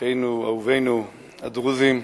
אחינו אהובינו הדרוזים.